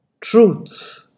truth